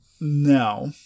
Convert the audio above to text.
No